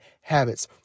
Habits